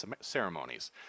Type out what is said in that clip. ceremonies